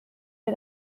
wir